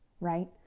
right